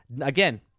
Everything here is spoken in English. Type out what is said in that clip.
Again